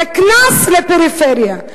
זה קנס לפריפריה,